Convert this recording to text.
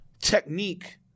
technique